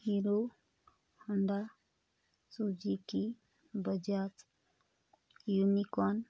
Hero Honda Suzuki Bajaj unicorn